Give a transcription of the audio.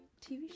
TV